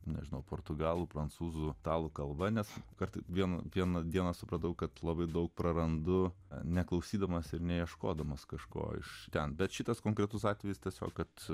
nežinau portugalų prancūzų italų kalba nes kartais vien vieną dieną supratau kad labai daug prarandu neklausydamas ir neieškodamas kažko iš ten bet šitas konkretus atvejis tiesiog kad